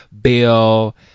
Bill